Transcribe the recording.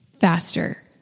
faster